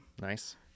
Nice